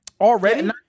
already